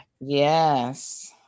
Yes